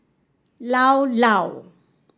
Llao Llao